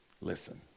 listen